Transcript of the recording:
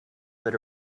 that